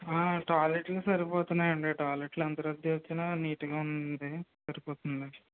టాయిలెట్లు సరిపోతున్నాయి అండి టాయిలెట్లు ఎంత రద్దీ వచ్చినా నీట్ గానే ఉంది సరిపోతున్నాయి